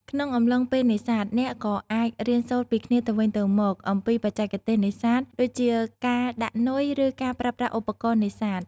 ក្នុងអំឡុងពេលនេសាទ អ្នកក៏អាចរៀនសូត្រពីគ្នាទៅវិញទៅមកអំពីបច្ចេកទេសនេសាទ ដូចជាការដាក់នុយឬការប្រើប្រាស់ឧបករណ៍នេសាទ។